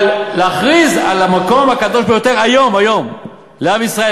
אבל להכריז על המקום הקדוש ביותר היום לעם ישראל,